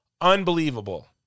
unbelievable